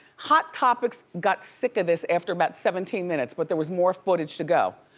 hot topics got sick of this after about seventeen minutes, but there was more footage to go.